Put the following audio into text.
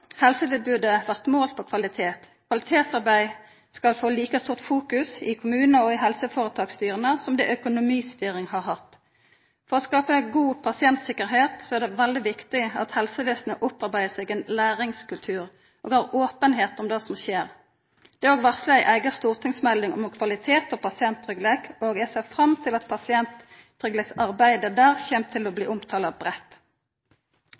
Helsetilbodet blir målt på kvalitet. Kvalitetsarbeid skal få like stort fokus i kommunane og helseføretaksstyra som det økonomistyring har hatt. For å skape god pasienttryggleik er det veldig viktig at helsevesenet opparbeider seg ein læringskultur og har openheit om det som skjer. Det er òg varsla ei eiga stortingsmelding om kvalitet og pasienttryggleik, og eg ser fram til at ein der kjem til å omtala pasienttryggleiksarbeidet breitt.